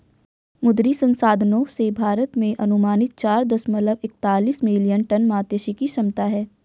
मुद्री संसाधनों से, भारत में अनुमानित चार दशमलव एकतालिश मिलियन टन मात्स्यिकी क्षमता है